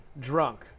drunk